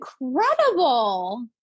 incredible